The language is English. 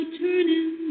turning